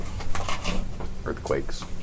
Earthquakes